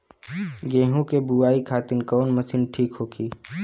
गेहूँ के बुआई खातिन कवन मशीन ठीक होखि?